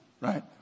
right